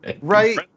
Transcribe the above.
Right